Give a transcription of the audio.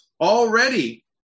Already